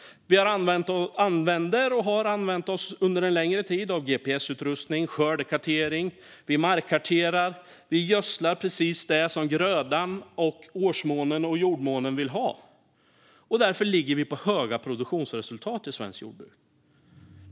Vi använder och har under en längre tid använt oss av gps-utrustning och skördekartering. Vi markkarterar, och vi gödslar precis det som grödan, årsmånen och jordmånen vill ha. Därför ligger vi på höga produktionsresultat i svenskt jordbruk.